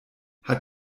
hat